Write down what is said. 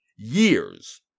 Years